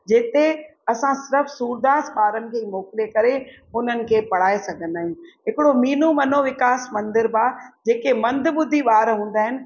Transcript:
जिते असां सिर्फ़ु सूरदास ॿारनि खे ई मोकिले करे हुननि खे पढ़ाए सघंदा आहियूं हिकिड़ो मीनू मनोविकास मंदर बि आहे जेके मंद ॿुधी ॿार हूंदा आहिनि